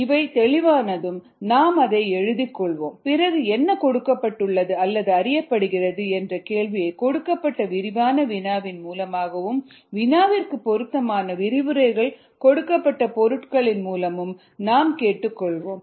இவை தெளிவானதும் நாம் அதை எழுதிக் கொள்வோம் பிறகு என்ன கொடுக்கப்பட்டுள்ளது அல்லது அறியப்படுகிறது என்ற கேள்வியை கொடுக்கப்பட்ட விரிவான வினாவின் மூலமாகவும் வினாவிற்கு பொருத்தமான விரிவுரைகளில் கொடுக்கப்பட்ட பொருட்களின் மூலமும் நம்மை கேட்டுக் கொள்வோம்